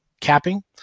capping